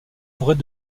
forêts